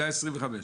זה ה-25,